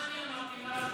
ומה אני אמרתי לך?